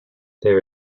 there